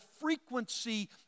frequency